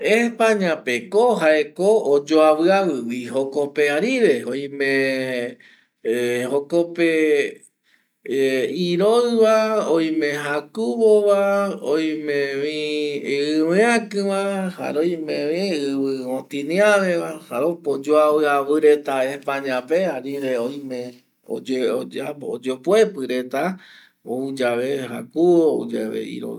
Españapeko jaeko oyoaviavivi jokope arire oime jokope iroiva, oime jakuvova, oimevi iviakiva jare oimevi ɨvɨ otiniaveva jare opa oyoaviavi reta Españape arire oime arire oyopoepi reta ouyave jakuvo ou yave iroi